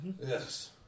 Yes